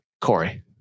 Corey